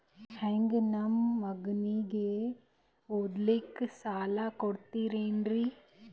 ಹಂಗ ನಮ್ಮ ಮಗನಿಗೆ ಓದಲಿಕ್ಕೆ ಸಾಲ ಕೊಡ್ತಿರೇನ್ರಿ?